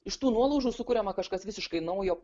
iš tų nuolaužų sukuriama kažkas visiškai naujo